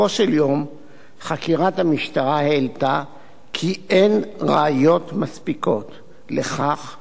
חקירת המשטרה העלתה כי אין ראיות מספיקות לכך שההתבטאויות